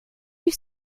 you